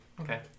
Okay